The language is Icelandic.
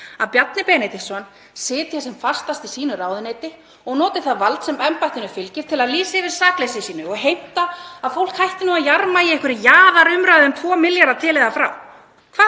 að Bjarni Benediktsson sitji sem fastast í sínu ráðuneyti og noti það vald sem embættinu fylgir til að lýsa yfir sakleysi sínu og heimta að fólk hætti að jarma í einhverri jaðarumræðu um 2 milljarða til eða frá.